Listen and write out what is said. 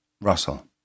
Russell